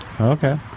Okay